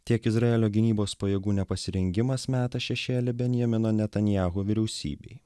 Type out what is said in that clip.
tiek izraelio gynybos pajėgų nepasirengimas meta šešėlį benjamino netanyahu vyriausybei